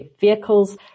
vehicles